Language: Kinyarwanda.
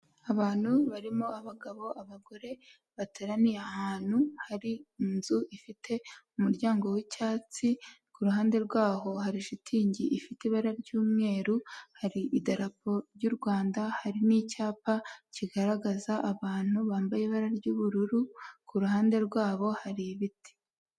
Abantu barimo abagabo abagore bateraniye ahantu hari inzu ifite umuryango w'icyatsi, ku ruhande rwaho hari shitingi ifite ibara ry'umweru, hari idarapo ry'u Rwanda hari n'icyapa kigaragaza abantu bambaye ibara ry'ubururu, ku ruhande rwabo hari ibiti.